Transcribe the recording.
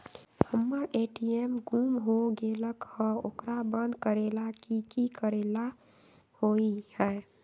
हमर ए.टी.एम गुम हो गेलक ह ओकरा बंद करेला कि कि करेला होई है?